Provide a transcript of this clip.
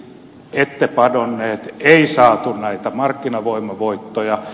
ette padonneet ei saatu näitä markkinavoimavoittoja